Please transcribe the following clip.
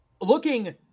looking